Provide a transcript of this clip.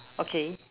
okay